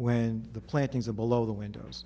when the plantings of below the windows